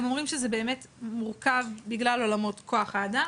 הם אומרים שזה באמת מורכב בגלל עולמות כוח האדם.